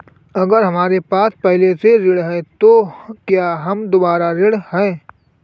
अगर हमारे पास पहले से ऋण है तो क्या हम दोबारा ऋण हैं?